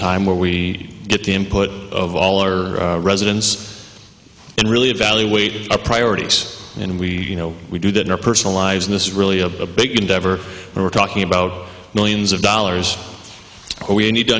time where we get the input of all or residence and really evaluate the priorities and we you know we do that in our personal lives in this really a big endeavor and we're talking about millions of dollars we need to